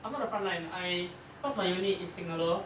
I'm not the front line I cause my unit is signaller